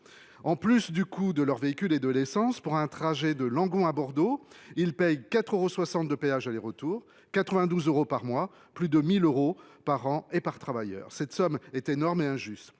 En plus du coût de leur véhicule et de l’essence, pour un trajet de Langon à Bordeaux, ils paient 4,60 euros de péage aller retour, soit 92 euros par mois, ce qui représente plus de 1 000 euros par an et par travailleur. Cette somme est énorme et injuste